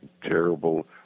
terrible